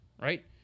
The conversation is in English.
right